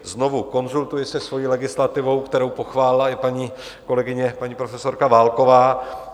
Znovu konzultuji se svojí legislativou, kterou pochválila i paní kolegyně, paní profesorka Válková.